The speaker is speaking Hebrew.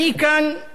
כדי לומר